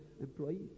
employees